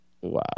wow